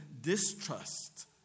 distrust